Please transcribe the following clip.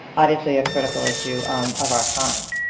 obviously a critical issue of our time.